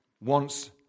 wants